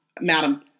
Madam